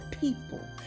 people